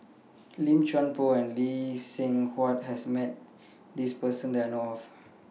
Lim Chuan Poh and Lee Seng Huat has Met This Person that I know of